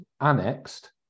annexed